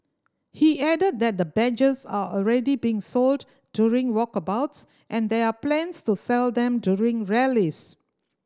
he added that the badges are already being sold during walkabouts and there are plans to sell them during rallies